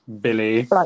Billy